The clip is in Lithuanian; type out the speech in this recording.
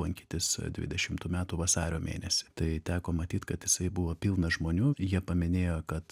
lankytis dvidešimtų metų vasario mėnesį tai teko matyt kad jisai buvo pilnas žmonių jie paminėjo kad